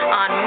on